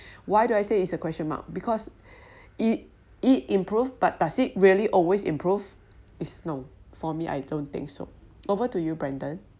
why do I say it's a question mark because it it improve but does it really always improve is no for me I don't think so over to you brendan